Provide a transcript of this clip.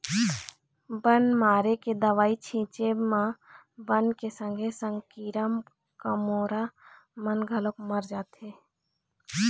बन मारे के दवई छिंचे म बन के संगे संग कीरा कमोरा मन घलोक मर जाथें